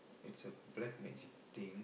it's a black magic thing